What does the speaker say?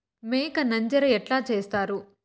మేక నంజర ఎట్లా సేస్తారు?